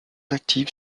active